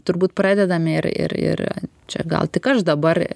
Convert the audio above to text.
turbūt pradedame ir ir ir čia gal tik aš dabar